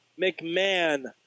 mcmahon